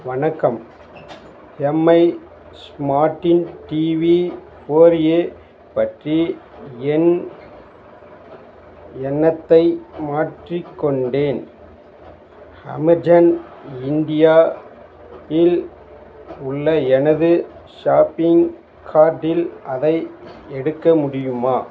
வணக்கம் எம்ஐ ஸ்மார்ட்டின் TV four A பற்றி என் எண்ணத்தை மாற்றிக்கொண்டேன் அமேசான் இந்தியா இல் உள்ள எனது ஷாப்பிங் கார்ட்டில் அதை எடுக்க முடியுமா